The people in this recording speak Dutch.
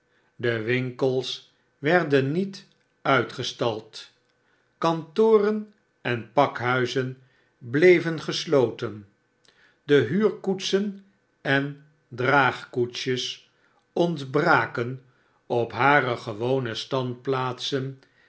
de winkels werdenniet uitgestald kantoren en pakhuizen bleven gesloten de huurkoetsen en draagkoetsjes ontbraken op hare gewone